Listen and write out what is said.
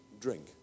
drink